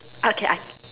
okay I